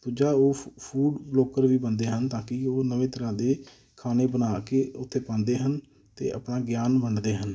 ਦੂਜਾ ਉਹ ਫੂ ਫੂ ਬਲੋਕਰ ਵੀ ਬਣਦੇ ਹਨ ਤਾਂ ਕਿ ਉਹ ਨਵੇਂ ਤਰ੍ਹਾਂ ਦੇ ਖਾਣੇ ਬਣਾ ਕੇ ਉੱਥੇ ਪਾਉਂਦੇ ਹਨ ਅਤੇ ਆਪਣਾ ਗਿਆਨ ਵੰਡਦੇ ਹਨ